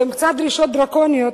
שהן קצת דרישות דרקוניות,